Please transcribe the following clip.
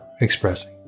expressing